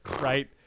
Right